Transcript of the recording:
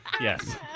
yes